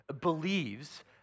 believes